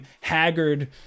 haggard